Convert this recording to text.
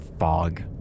fog